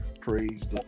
Praise